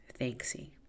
Thanksy